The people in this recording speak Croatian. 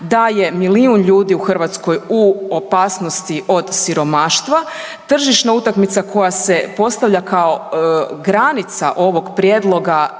da je milijun ljudi u Hrvatskoj u opasnosti od siromaštva, tržišna utakmica koja se postavlja kao granica ovog prijedloga